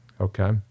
okay